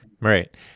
Right